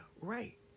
right